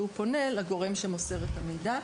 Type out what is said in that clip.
והוא פונה לגורם שמוסר את המידע.